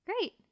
Great